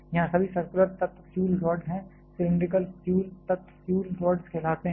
यहाँ सभी सर्कुलर तत्व फ्यूल रोड्स हैं सिलैंडरिकल फ्यूल तत्व फ्यूल रोड्स कहलाते हैं